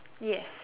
yes